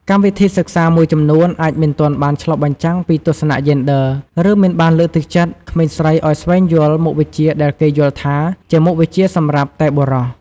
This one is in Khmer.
កម្មវិធីសិក្សាមួយចំនួនអាចមិនទាន់បានឆ្លុះបញ្ចាំងពីទស្សនៈយេនឌ័រ ឬមិនបានលើកទឹកចិត្តក្មេងស្រីឱ្យស្វែងយល់មុខវិជ្ជាដែលគេយល់ថាជាមុខវិជ្ជាសម្រាប់តែបុរស។